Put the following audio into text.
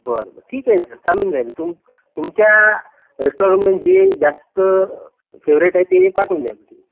बरं बरं ठीक आहे ना सर चालून जाईल तुम तुमच्या रेस्टॉरंटमध्ये जे जास्त फेवरेट आहे ते पाठवून द्याल तुम्ही